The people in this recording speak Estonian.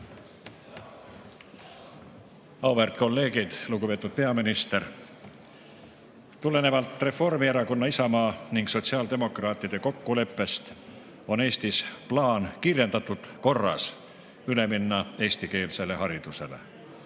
Auväärt kolleegid! Lugupeetud peaminister! Tulenevalt Reformierakonna, Isamaa ning sotsiaaldemokraatide kokkuleppest, on Eestis plaan kiirendatud korras üle minna eestikeelsele haridusele.